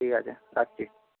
ঠিক আছে রাখছি